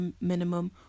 minimum